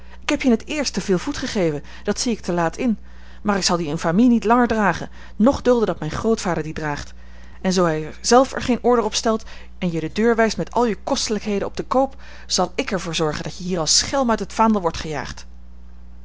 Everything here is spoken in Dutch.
ik heb je in t eerst te veel voet gegeven dat zie ik te laat in maar ik zal die infamie niet langer dragen noch dulden dat mijn grootvader die draagt en zoo hij zelf er geen order op stelt en je de deur wijst met al je kostelijkheden op den koop zal ik er voor zorgen dat je hier als schelm uit het vaandel wordt gejaagd